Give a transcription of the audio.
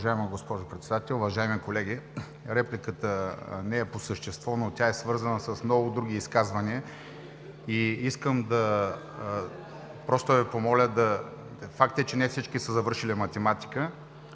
Уважаема госпожо Председател, уважаеми колеги! Репликата не е по същество, но тя е свързана с много други изказвания. Искам да Ви помоля – факт, е че не всички са завършили математика,